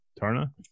Tarna